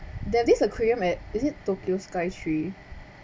there's this aquarium at is it tokyo sky tree